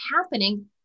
happening